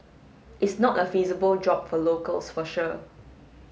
is not a feasible job for locals for sure